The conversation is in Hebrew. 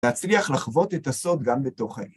להצליח לחוות את הסוד גם בתוכן.